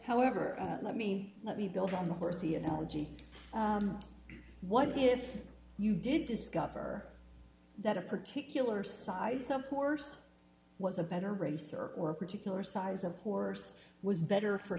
however let me let me build on the horsey analogy what if you did discover that a particular size of course was a better racer or a particular size of course was better for